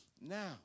now